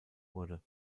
wurde